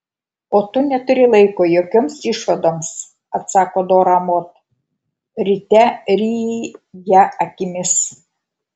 o tu neturi laiko jokioms išvadoms atsako dora mod ryte ryji ją akimis